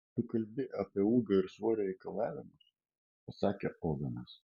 tu kalbi apie ūgio ir svorio reikalavimus pasakė ovenas